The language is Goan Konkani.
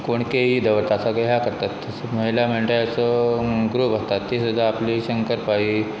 कोण केेय दवरता सगळें ह्या करतात त महिला म्हणळटा असो ग्रूप आसता ती सुद्दा आपली शंकरपाई